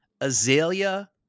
azalea